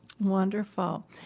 Wonderful